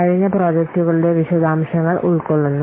കഴിഞ്ഞ പ്രോജക്റ്റുകളുടെ വിശദാംശങ്ങൾ ഉൾക്കൊള്ളുന്നു